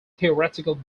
theoretical